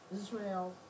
Israel